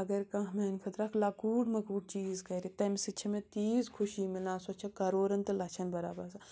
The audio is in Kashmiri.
اَگر کانٛہہ میٛانہِ خٲطرٕ اَکھ لۄکوٗٹ مۄکوٗٹ چیٖز کَرِ تَمہِ سۭتۍ چھےٚ مےٚ تیٖژ خوشی مِلان سۄ چھِ کَرورَن تہٕ لَچھَن بَرابَر